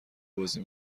بازی